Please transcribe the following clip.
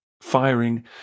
firing